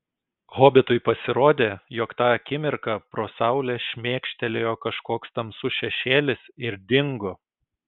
hobitui pasirodė jog tą akimirką pro saulę šmėkštelėjo kažkoks tamsus šešėlis ir dingo